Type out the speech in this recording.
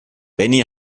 benny